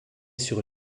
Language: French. sur